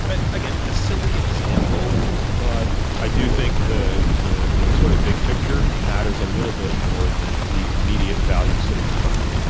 but again, a silly example but i do think the the sort of big picture matters a little bit more than the immediate value sitting in front of you.